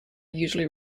usually